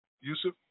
Yusuf